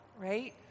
right